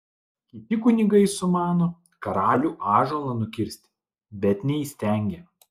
kiti kunigai sumano karalių ąžuolą nukirsti bet neįstengia